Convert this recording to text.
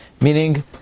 Meaning